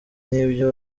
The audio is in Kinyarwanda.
nk’ibyo